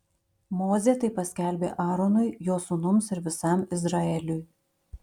mozė tai paskelbė aaronui jo sūnums ir visam izraeliui